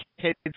kids